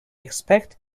expect